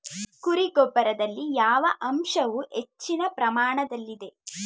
ಕುರಿ ಗೊಬ್ಬರದಲ್ಲಿ ಯಾವ ಅಂಶವು ಹೆಚ್ಚಿನ ಪ್ರಮಾಣದಲ್ಲಿದೆ?